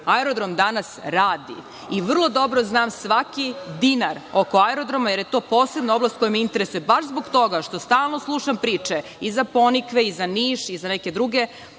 radio. Aerodrom danas radi i vrlo dobro znam svaki dinar oko aerodroma, jer je to posebno oblast koja me interesuje, baš zbog toga što stalno slušam priče i za Ponikve i za Niš i za neke druge